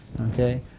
okay